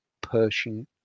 Persian